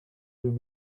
deux